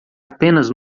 apenas